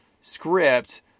script